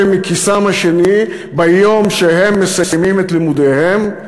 מכיסם השני ביום שהם מסיימים את לימודיהם.